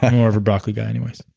i'm more of a broccoli guy anyways